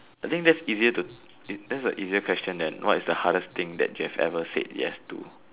I think that's easier to that's a easier question than what's the hardest thing that you have ever said yes to